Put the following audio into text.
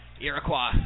Iroquois